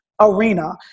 arena